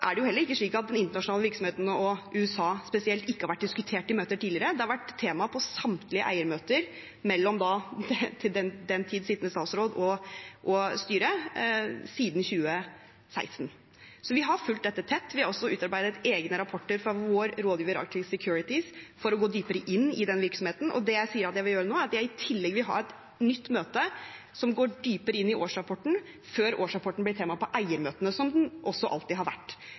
er det heller ikke slik at den internasjonale virksomheten, og i USA spesielt, ikke har vært diskutert i møter tidligere. Det har vært et tema på samtlige eiermøter mellom den til enhver tid sittende statsråd og styret siden 2016. Så vi har fulgt dette tett. Vi har også utarbeidet egne rapporter fra vår rådgiver Arctic Securities, for å gå dypere inn i den virksomheten. Det jeg sier at jeg vil gjøre nå, er at jeg i tillegg vil ha et nytt møte som går dypere inn i årsrapporten, før årsrapporten blir et tema på eiermøtene, som den alltid har vært.